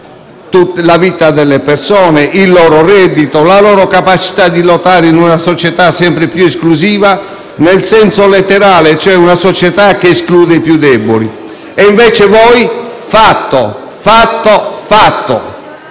la vita delle persone, il loro reddito, la loro capacità di lottare in una società sempre più esclusiva nel senso letterale e cioè una società che esclude i più deboli. Invece voi: fatto, fatto, fatto!